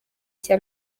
cya